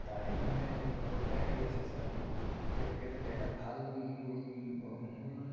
তাৰেই মই সদায় সেয়া চেষ্টা কৰোঁ তেওঁলোকে যাতে এটা ভাল মোৰ মোৰ